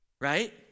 Right